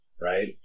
right